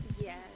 Yes